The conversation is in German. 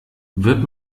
wird